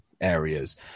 areas